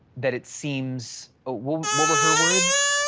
that it seems what were her words?